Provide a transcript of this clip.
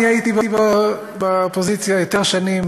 אני הייתי באופוזיציה יותר שנים,